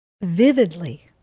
vividly